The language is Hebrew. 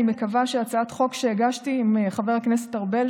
אני מקווה שהצעת חוק שהגשתי עם חבר הכנסת ארבל,